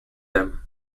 them